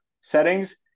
settings